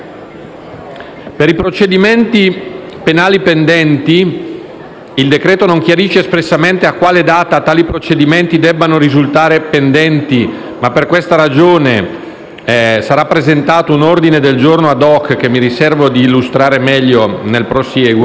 Per i procedimenti penali pendenti (il provvedimento non chiarisce espressamente a quale data tali procedimenti debbano risultare pendenti, ma per questa ragione sarà presentato un ordine del giorno *ad hoc* che mi riservo di illustrare meglio nel prosieguo)